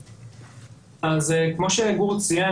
אז כמו שגור סיים,